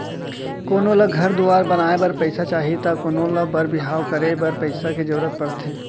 कोनो ल घर दुवार बनाए बर पइसा चाही त कोनों ल बर बिहाव करे बर पइसा के जरूरत परथे